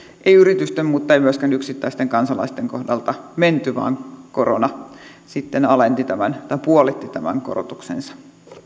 ei yritysten eikä myöskään yksittäisten kansalaisten kohdalta menty vaan caruna sitten puolitti tämän korotuksensa